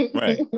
Right